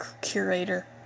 curator